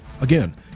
Again